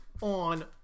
on